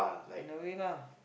in a way lah